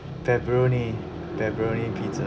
pepperoni pepperoni pizza